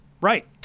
Right